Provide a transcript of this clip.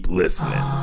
listening